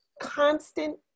constant